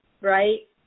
right